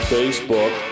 Facebook